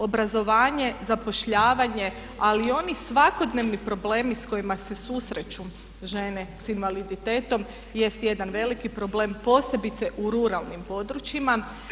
Obrazovanje, zapošljavanje ali i oni svakodnevni problemi s kojima se susreću žene sa invaliditetom jest jedan veliki problem posebice u ruralnim područjima.